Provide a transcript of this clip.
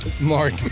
mark